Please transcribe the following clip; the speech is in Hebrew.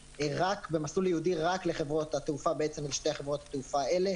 במסלול הייעודי רק לחברות התעופה לשתי חברות התעופה האלה